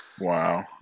Wow